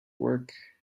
work